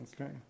Okay